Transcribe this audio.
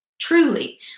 Truly